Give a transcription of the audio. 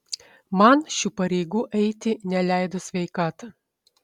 man šių pareigų eiti neleido sveikata